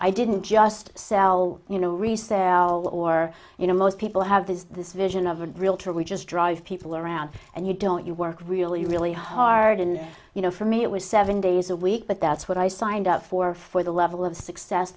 i didn't just sell you know resell or you know most people have is this vision of a realtor which is drive people around and you don't you work really really hard and you know for me it was seven days a week but that it's what i signed up for for the level of success